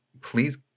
Please